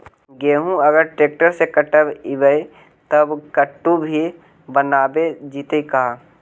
गेहूं अगर ट्रैक्टर से कटबइबै तब कटु भी बनाबे जितै का?